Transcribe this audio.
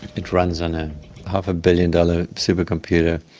it runs on a half-a-billion-dollar supercomputer,